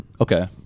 okay